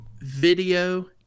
video